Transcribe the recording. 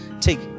take